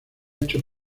hecho